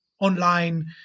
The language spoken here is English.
online